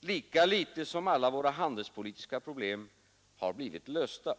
lika litet som alla våra handelspolitiska problem har blivit lösta.